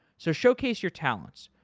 so, showcase your talents.